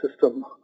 system